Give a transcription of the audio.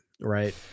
right